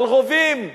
על רובים,